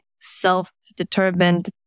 self-determined